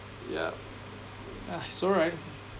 yeah it's alright